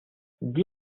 dix